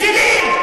רק מפני, בטילים.